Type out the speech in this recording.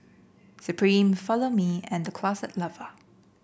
Supreme Follow Me and The Closet Lover